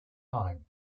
time